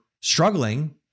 struggling